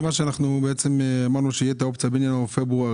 מי בעד קבלת ההסתייגות?